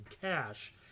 cash